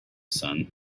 son